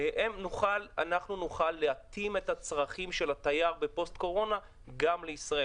אנחנו נוכל להתאים את הצרכים של התייר בפוסט קורונה גם ישראל.